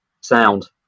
sound